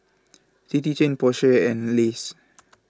City Chain Porsche and Lays